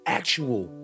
actual